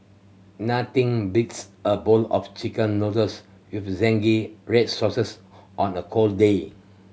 nothing beats a bowl of Chicken Noodles with zingy red sauces on a cold day